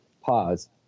pause